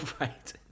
right